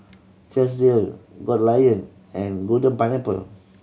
Chesdale Goldlion and Golden Pineapple